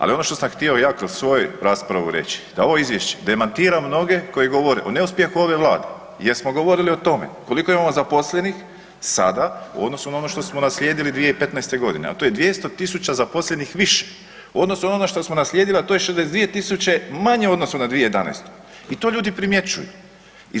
Ali ono što sam htio ja kroz svoju raspravu reći da ovo izvješće demantira mnoge koji govore o neuspjehu ove Vlade jer smo govorili o tome koliko imamo zaposlenih sada u odnosu na ono što smo naslijedili 2015.g., a to je 200.000 zaposlenih više u odnosu na ono što smo naslijedili, a to je 62.000 manje u odnosu na 2011. i to ljudi primjećuju.